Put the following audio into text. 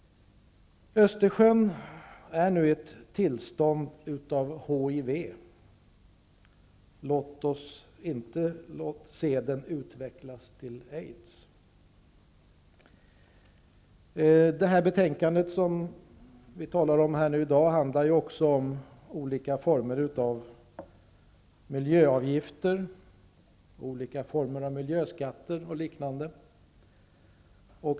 Östersjön är nu i ett tillstånd av HIV-smitta. Låt oss inte se den utvecklas till aids. Det betänkande som vi i dag debatterar behandlar ju också olika former av miljöavgifter, miljöskatter och liknande.